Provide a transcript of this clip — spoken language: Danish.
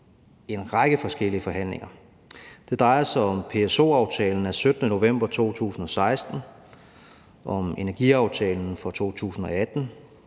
en række forskellige forhandlinger. Det drejer sig om PSO-aftalen af 17. november 2016, om Energiaftalen af 29.